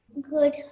Good